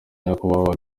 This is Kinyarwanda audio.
nyakubahwa